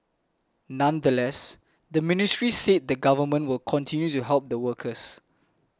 nonetheless the ministry said the Government will continue to help the workers